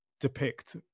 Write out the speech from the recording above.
depict